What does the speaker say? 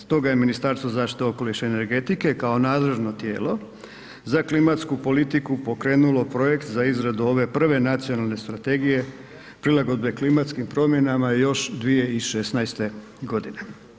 Stoga je Ministarstvo zaštite okoliša i energetike kao nadležno tijelo za klimatsku politiku pokrenulo projekt za izradu ove prve nacionalne strategije prilagodbe klimatskim promjenama još 2016. godine.